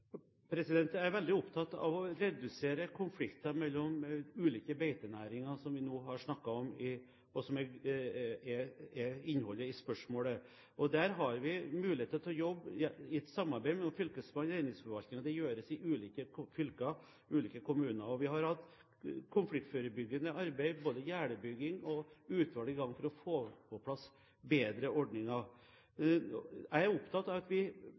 Jeg er veldig opptatt av å redusere konflikter mellom ulike beitenæringer som vi nå har snakket om, og som er innholdet i spørsmålet. Der har vi muligheter til å jobbe i samarbeid med fylkesmannen og reindriftsforvaltningen. Det gjøres i ulike fylker og i ulike kommuner. Vi har satt i gang konfliktforebyggende arbeid med hensyn til gjerdebygging og nedsatt utvalg for å få på plass bedre ordninger. Jeg er opptatt av at vi